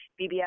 BBS